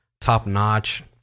top-notch